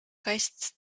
rechts